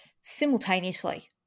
simultaneously